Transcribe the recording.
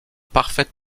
parfaite